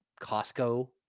costco